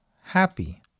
happy